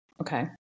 Okay